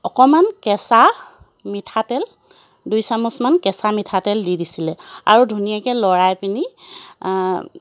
অকণমান কেঁচা মিঠাতেল দুই চামুচমান কেঁচা মিঠাতেল দি দিছিলে আৰু ধুনীয়াকৈ লৰাই পিনি